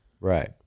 Right